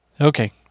Okay